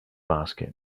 basket